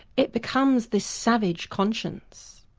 it becomes this savage conscience.